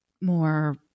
more